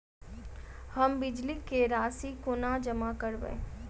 हम बिजली कऽ राशि कोना जमा करबै?